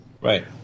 Right